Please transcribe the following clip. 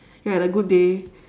ya had a good day